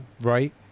right